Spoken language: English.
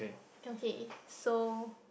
okay so